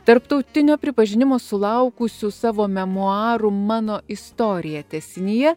tarptautinio pripažinimo sulaukusių savo memuarų mano istorija tęsinyje